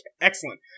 excellent